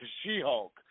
She-Hulk